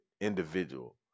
individual